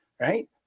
right